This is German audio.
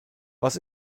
was